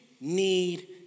need